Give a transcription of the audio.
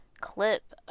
clip